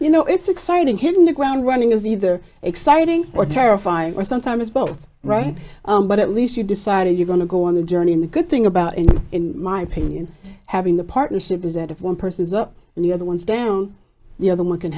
you know it's exciting him new ground running is either exciting or terrifying or sometimes both right but at least you decided you're going to go on the journey and the good thing about it in my opinion having the partnership is that if one person is up and the other one's down the other one can